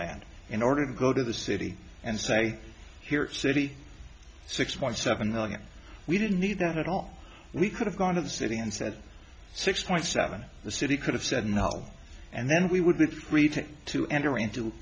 land in order to go to the city and say here city six point seven million we didn't need that at all we could have gone to the city and said six point seven the city could have said no and then we would be free to to enter into